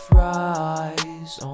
rise